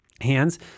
hands